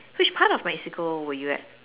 which part of Mexico were you at